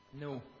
no